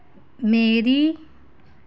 मेरी